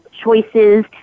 choices